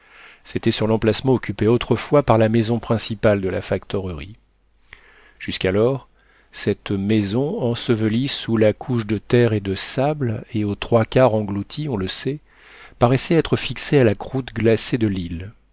c'était sur l'emplacement occupé autrefois par la maison principale de la factorerie jusqu'alors cette maison ensevelie sous la couche de terre et de sable et aux trois quarts engloutie on le sait paraissait être fixée à la croûte glacée de l'île